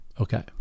okay